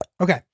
Okay